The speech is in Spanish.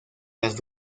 las